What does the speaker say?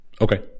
Okay